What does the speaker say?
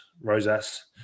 Rosas